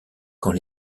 quand